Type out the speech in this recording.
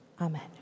Amen